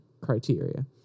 criteria